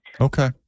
Okay